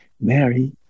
Mary